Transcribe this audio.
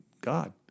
God